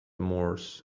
moors